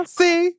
see